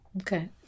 Okay